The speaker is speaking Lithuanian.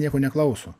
nieko neklauso